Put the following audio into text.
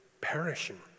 perishing